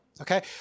Okay